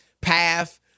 path